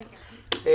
כן, כן.